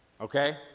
Okay